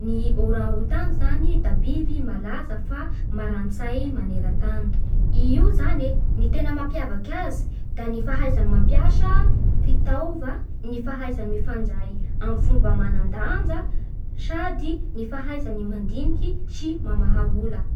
Ny oraotang zany da biby malaza fa marani-tsay maneran-tany. i io zany e ny tena mampiavaka azy da ny fahaizany mampiasa fitaova, ny fahaizany mifanjay amin'ny fomba manandanja sady ny fahaizany mandiniky sy mamaha ola.